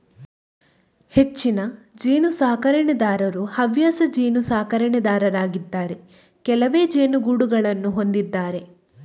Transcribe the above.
ಹೆಚ್ಚಿನ ಜೇನು ಸಾಕಣೆದಾರರು ಹವ್ಯಾಸ ಜೇನು ಸಾಕಣೆದಾರರಾಗಿದ್ದಾರೆ ಕೆಲವೇ ಜೇನುಗೂಡುಗಳನ್ನು ಹೊಂದಿದ್ದಾರೆ